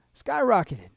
skyrocketed